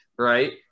right